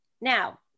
now